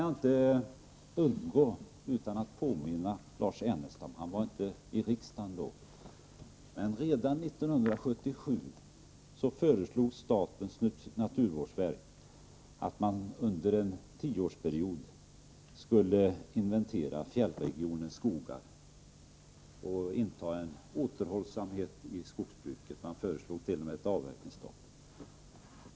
Jag kan vidare inte underlåta att påpeka för Lars Ernestam, som då inte var ledamot av riksdagen, att statens naturvårdsverk redan 1977 föreslog att man under en tioårsperiod skulle inventera fjällregionens skogar och iaktta en återhållsamhet i skogsbruket. Det föreslogs t.o.m. ett avverkningsstopp.